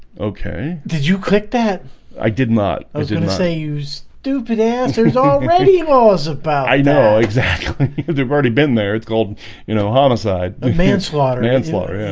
okay, did you click that i did not i didn't say you stupid answers already was about. i know exactly because they've already been there it's called you know homicide the manslaughter in yeah